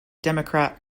democrat